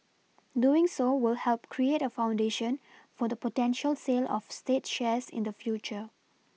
doing so will help create a foundation for the potential sale of state shares in the future